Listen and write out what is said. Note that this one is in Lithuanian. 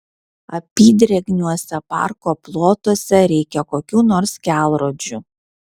apydrėgniuose parko plotuose reikia kokių nors kelrodžių